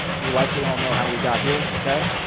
we likely all know how we got here, ok?